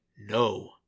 no